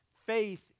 faith